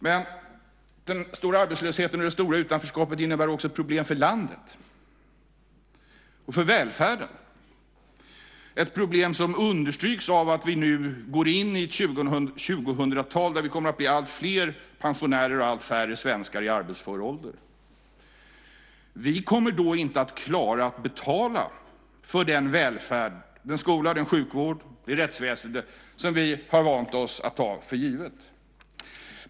Men den stora arbetslösheten och det stora utanförskapet innebär också ett problem för landet och för välfärden, ett problem som understryks av att vi nu går in ett 2000-tal där vi kommer att bli alltfler pensionärer och allt färre svenskar i arbetsför ålder. Vi kommer då inte att klara att betala för den välfärd med skola, sjukvård och rättsväsende som vi har vant oss vid att ta för given.